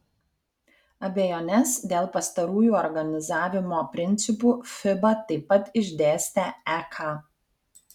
abejones dėl pastarųjų organizavimo principų fiba taip pat išdėstė ek